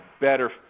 better